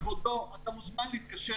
כבודו, אתה מוזמן להתקשר